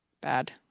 bad